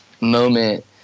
moment